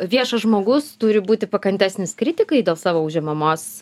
viešas žmogus turi būti pakantesnis kritikai dėl savo užimamos